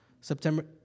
September